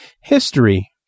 History